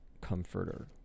comforter